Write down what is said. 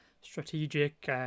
strategic